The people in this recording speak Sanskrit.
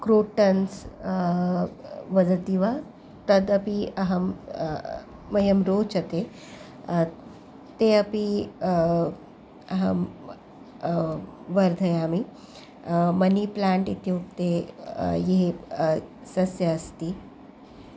क्रोटन्स् वदति वा तदपि अहं मह्यं रोचते ते अपि अहं वर्धयामि मनी प्लाण्ट् इत्युक्ते ये सस्यम् अस्ति